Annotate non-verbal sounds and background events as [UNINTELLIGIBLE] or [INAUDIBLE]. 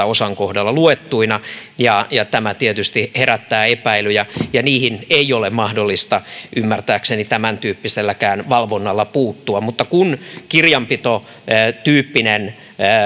[UNINTELLIGIBLE] osan kohdalla vaalirahoitusilmoituksista luettuina ja ja tämä tietysti herättää epäilyjä ja niihin ei ole mahdollista ymmärtääkseni tämäntyyppiselläkään valvonnalla puuttua mutta kun kirjanpitotyyppinen